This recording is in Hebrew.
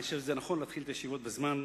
אני חושב שנכון להתחיל את הישיבות בזמן.